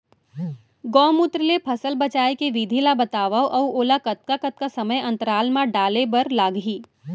गौमूत्र ले फसल बचाए के विधि ला बतावव अऊ ओला कतका कतका समय अंतराल मा डाले बर लागही?